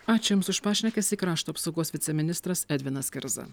ačiū jums už pašnekesį krašto apsaugos viceministras edvinas kerza